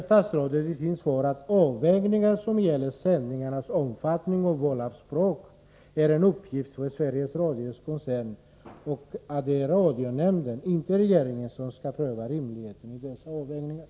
Statsrådet säger i sitt svar att avvägningar som gäller sändningarnas omfattning och val av språk är en uppgift för Sveriges Radios koncern och att det är radionämnden, inte regeringen, som skall pröva rimligheten i dessa avvägningar.